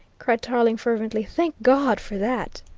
cried tarling fervently. thank god for that!